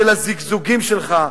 של הזיגזוגים שלך.